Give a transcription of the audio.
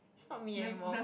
it's not me anymore